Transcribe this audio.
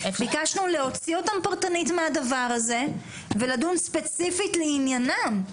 ביקשנו להוציא אותם פרטנית מהדבר הזה ולדון ספציפית לעניינם,